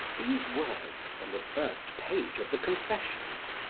these words, from the first page of the confessions,